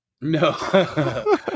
No